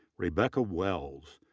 rebecca wells,